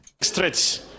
Stretch